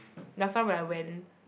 last time when I went